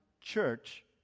church